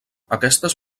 aquestes